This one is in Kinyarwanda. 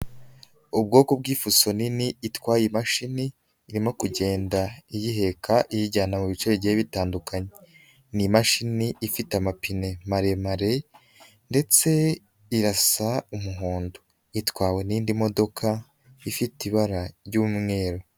Ubwoko bw'ishushoso nini itwaye imashini, irimo kugenda iyiheka iyijyana mu bicege bitandukanye, ni imashini ifite amapine maremare ndetse irasa umuhondo, itwawe n'indi modoka ifite ibara ry'umweru.